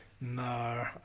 No